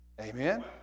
amen